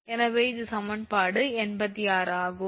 எனவே இது சமன்பாடு 86 ஆகும்